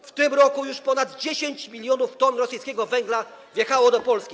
W tym roku już ponad 10 mln t rosyjskiego węgla wjechało do Polski.